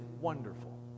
wonderful